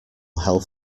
health